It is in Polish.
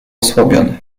osłabiony